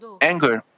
anger